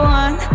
one